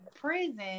prison